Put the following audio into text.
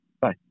Bye